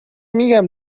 میگم